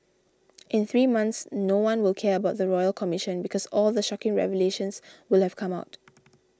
in three months no one will care about the Royal Commission because all the shocking revelations will have come out